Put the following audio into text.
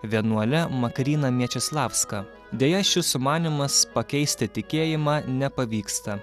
vienuole makryna mečislavska deja šis sumanymas pakeisti tikėjimą nepavyksta